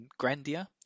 Grandia